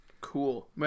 Cool